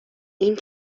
این